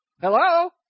Hello